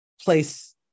place